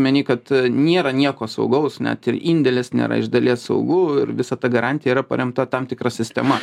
omeny kad nėra nieko saugaus net ir indėlis nėra iš dalies saugu ir visa ta garantija yra paremta tam tikra sistema